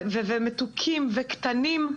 מתוקים וקטנים.